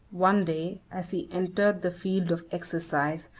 one day, as he entered the field of exercise,